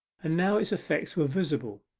and now its effects were visible.